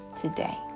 today